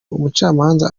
umucamanza